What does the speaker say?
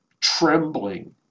trembling